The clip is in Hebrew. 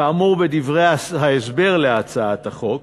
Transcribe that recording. כאמור בדברי ההסבר להצעת החוק,